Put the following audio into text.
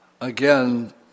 again